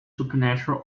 supernatural